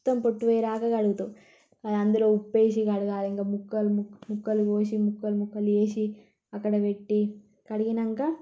మొత్తం పొట్టు పోయేలాగా కడుగుతాం అదందులో ఉప్పేసి కడగాలి ఇంక ముక్కలు ముక్కలు కోసి ముక్కలు ముక్కలు వేసి అక్కడ పెట్టి కడిగినాక